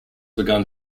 begun